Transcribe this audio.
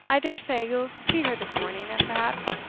i dare say you'll see her this morning and perhaps,